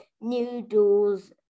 noodles